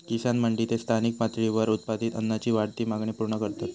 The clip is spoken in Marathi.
किसान मंडी ते स्थानिक पातळीवर उत्पादित अन्नाची वाढती मागणी पूर्ण करतत